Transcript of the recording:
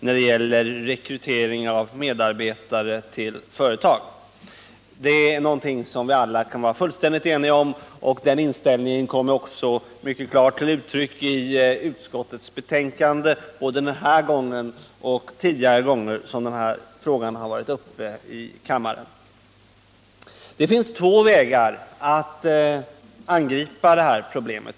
när det gäller rekrytering av medarbetare till företag. Det är något som vi alla kan vara fullständigt eniga om. Den inställningen kommer också mycket klart till uttryck i utskottets betänkande, både den här gången och tidigare gånger då frågan varit uppe i kammaren. Det finns två vägar att angripa problemet.